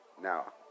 now